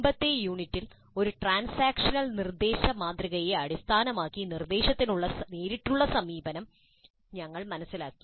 മുമ്പത്തെ യൂണിറ്റിൽ ഒരു ട്രാൻസാക്ഷണൽ നിർദ്ദേശ മാതൃകയെ അടിസ്ഥാനമാക്കി നിർദ്ദേശത്തിനുള്ള നേരിട്ടുള്ള സമീപനം ഞങ്ങൾ മനസ്സിലാക്കി